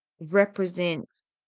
represents